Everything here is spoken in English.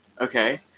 Okay